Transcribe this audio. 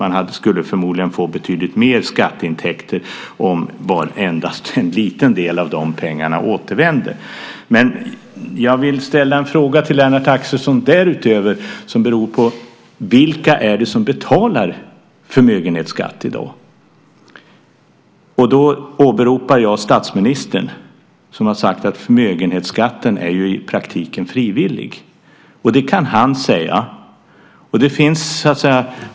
Man skulle förmodligen få betydligt mer skatteintäkter även om endast en liten del av pengarna återvände. Jag vill utöver det ställa en fråga till Lennart Axelsson. Vilka är det som betalar förmögenhetsskatt i dag? Jag åberopar statsministern som har sagt att förmögenhetsskatten i praktiken är frivillig. Det kan han säga.